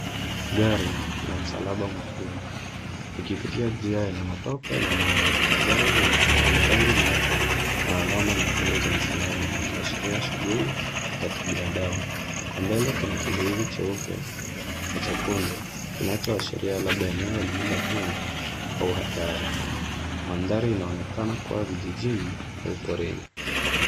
Gari la msalaba mwekundu likipitia njia yenye matope na maji. Gari hilo lina rangi nyeupe na alama nyekundu za msalaba likiashiria shughuli za kibinadamu. Kwa mbele kuna kizuizi cheupe na chekundu kinachoashiria labda eneo la lililofungwa au hatari. Mandhari inaonekana kuwa vijijini au porini.